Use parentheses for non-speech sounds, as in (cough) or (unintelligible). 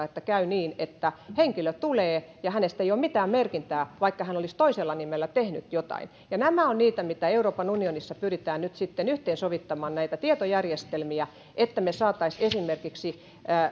(unintelligible) että käy niin että henkilö tulee ja hänestä ei ole mitään merkintää vaikka hän olisi toisella nimellä tehnyt jotain tämä on sitä mitä euroopan unionissa pyritään nyt tekemään yhteensovittamaan näitä tietojärjestelmiä että me esimerkiksi